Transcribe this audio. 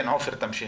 כן, עופר, תמשיך.